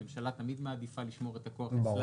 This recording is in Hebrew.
הממשלה תמיד מעדיפה לשמור את הכוח אצלה